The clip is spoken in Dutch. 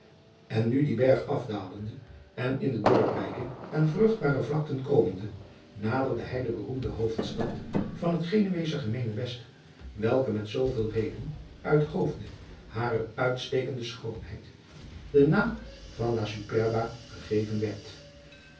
en nu dien berg afdalende en in de dorprijke en vruchtbare vlakten komende naderde hij de beroemde hoofdstad van het genuesche gemeenebest welke met zooveel reden uit hoofde harer uitstekende schoonheid den naam van la superba gegeven werd